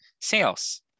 sales